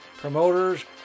promoters